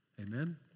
Amen